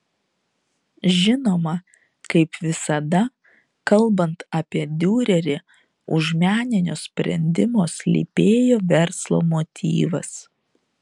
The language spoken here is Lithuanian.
žinoma kaip visada kalbant apie diurerį už meninio sprendimo slypėjo verslo motyvas